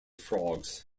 frogs